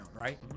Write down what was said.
right